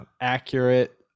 accurate